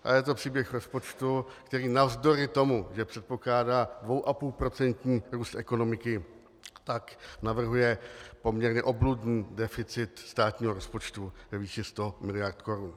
A je to příběh rozpočtu, který navzdory tomu, že předpokládá 2,5procentní růst ekonomiky, navrhuje poměrně obludný deficit státního rozpočtu ve výši 100 mld. korun.